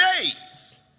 days